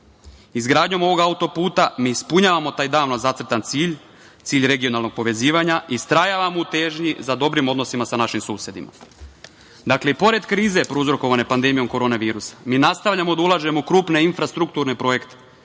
Izgradnjom ovog auto-puta mi ispunjavamo taj davno zacrtan cilj, cilj regionalnog povezivanja i istrajavamo u težnji za dobrim odnosima sa našim susedima.I pored krize prouzrokovane pandemijom korona virusa, mi nastavljamo da ulažemo u krupne infrastrukturne projekte